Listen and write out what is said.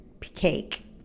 cake